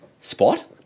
spot